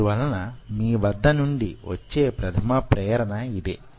అందువలన మీ వద్ద నుండి వచ్చే ప్రథమ ప్రేరణ యిదే